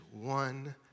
one